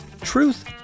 Truth